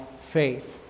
faith